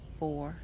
four